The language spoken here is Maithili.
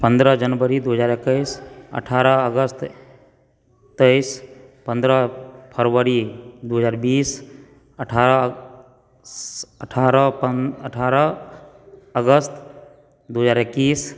पन्द्रह जनवरी दू हजार एकैस अठारह अगस्त तेइस पन्द्रह फरवरी दू हजार बीस अठारह अठारह अठारह अगस्त दू हजार एकैस